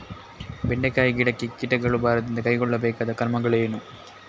ಬೆಂಡೆಕಾಯಿ ಗಿಡಕ್ಕೆ ಕೀಟಗಳು ಬಾರದಂತೆ ಕೈಗೊಳ್ಳಬೇಕಾದ ಕ್ರಮಗಳೇನು?